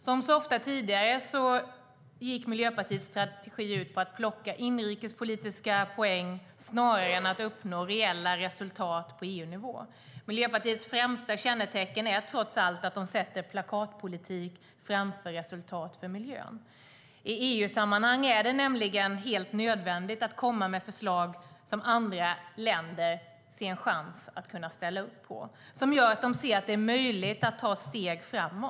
Som så ofta tidigare gick Miljöpartiets strategi ut på att plocka inrikespolitiska poänger snarare än att uppnå reella resultat på EU-nivå. Miljöpartiets främsta kännetecken är trots allt att man sätter plakatpolitik framför resultat för miljön. I EU-sammanhang är det nämligen helt nödvändigt att komma med förslag som andra länder ser en chans att ställa upp på, som gör att det blir möjligt att ta steg framåt.